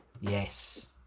Yes